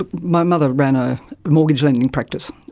but my mother ran a mortgage lending practice.